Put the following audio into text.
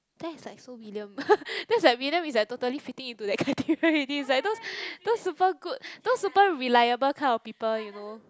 that is like so William that is like William is like totally fitting into that criteria already is like those those super good those super reliable kind of people you know